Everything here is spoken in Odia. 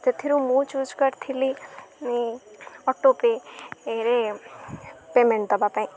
ସେଥିରୁ ମୁଁ ଚୁଜ୍ କରିଥିଲି ଅଟୋପେରେ ପେମେଣ୍ଟ ଦେବା ପାଇଁ